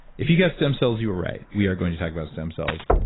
if you guessed stem cells you are right, we are going to talk about stem cells.